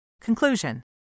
Conclusion